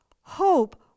hope